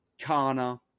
Kana